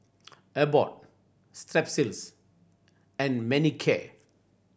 Abbott Strepsils and Manicare